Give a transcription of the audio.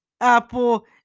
Apple